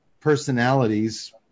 personalities